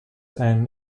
and